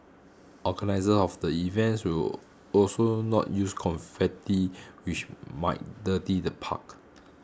organisers of the events will also not use confetti which might dirty the park